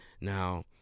Now